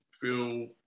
feel